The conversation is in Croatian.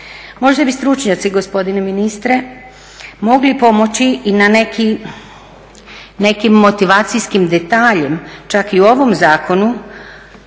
Možda bi stručnjaci, gospodine ministre, mogli pomoći i nekim motivacijskim detaljem čak i u ovom zakonu